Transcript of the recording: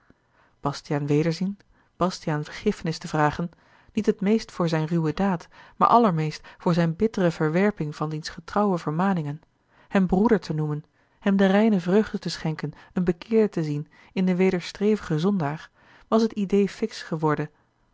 bastiaan wederzien bastiaan vergiffenis te vragen niet het meest voor zijne ruwe daad maar allermeest voor zijne bittere verwerping van diens getrouwe vermaningen hem broeder te noemen hem de reine vreugde te schenken een bekeerde te zien in den wederstrevigen zondaar was het idée fixe geworden